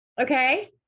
Okay